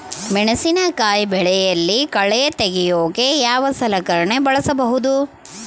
ಮೆಣಸಿನಕಾಯಿ ಬೆಳೆಯಲ್ಲಿ ಕಳೆ ತೆಗಿಯೋಕೆ ಯಾವ ಸಲಕರಣೆ ಬಳಸಬಹುದು?